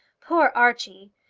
poor archie!